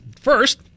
First